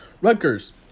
Rutgers